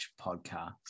podcast